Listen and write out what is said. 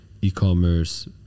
e-commerce